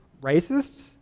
racists